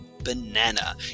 Banana